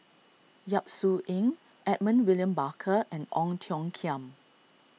Yap Su Yin Edmund William Barker and Ong Tiong Khiam